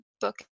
book